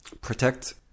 protect